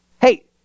hey